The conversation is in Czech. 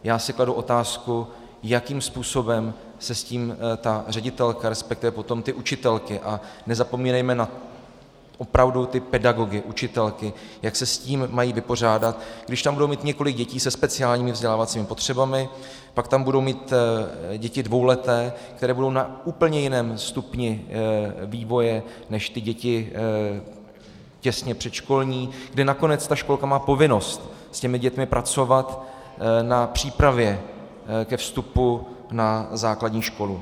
Já si kladu otázku, jakým způsobem se s tím ta ředitelka, respektive potom učitelky a nezapomínejme opravdu na ty pedagogy, učitelky jak se s tím mají vypořádat, když tam budou mít několik dětí se speciálními vzdělávacími potřebami, pak tam budou mít děti dvouleté, které budou na úplně jiném stupni vývoje než ty děti těsně předškolní, kdy nakonec školka má povinnost s těmi dětmi pracovat na přípravě ke vstupu na základní školu.